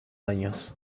años